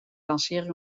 lancering